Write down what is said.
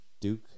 Duke